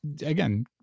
Again